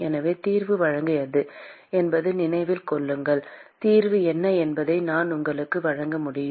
எனவே தீர்வு வழங்கியது என்பதை நினைவில் கொள்ளுங்கள் தீர்வு என்ன என்பதை நான் உங்களுக்கு வழங்க முடியும்